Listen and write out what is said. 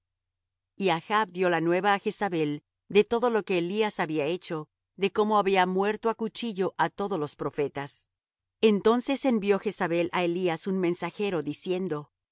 achb dió la nueva á jezabel de todo lo que elías había hecho de como había muerto á cuchillo á todos los profetas entonces envió jezabel á elías un mensajero diciendo así